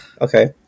okay